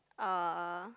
uh